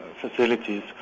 facilities